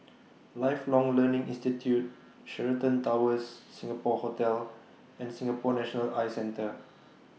Lifelong Learning Institute Sheraton Towers Singapore Hotel and Singapore National Eye Centre